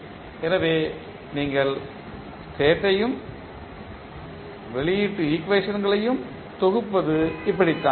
எனவே நீங்கள் ஸ்டேட்யையும் வெளியீட்டு ஈக்குவேஷன்களையும் தொகுப்பது இப்படித்தான்